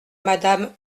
madame